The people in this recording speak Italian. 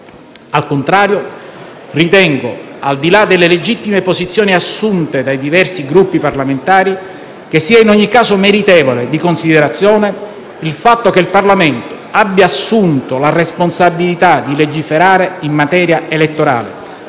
Al contrario, ritengo - al di là delle legittime posizioni assunte dai diversi Gruppi parlamentari - che sia in ogni caso meritevole di considerazione il fatto che il Parlamento abbia assunto la responsabilità di legiferare in materia elettorale,